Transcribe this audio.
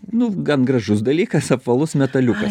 nu gan gražus dalykas apvalus metaliukas